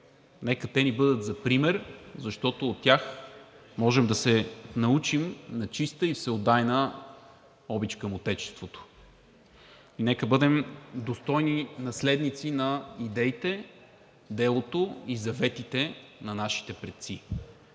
нека те ни бъдат за пример, защото от тях можем да се научим на чиста и всеотдайна обич към Отечеството. Нека бъдем достойни наследници на идеите, делото и заветите на нашите предци.